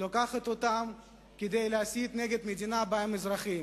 לוקחת אותם כדי להסית נגד מדינה שבה הם אזרחים.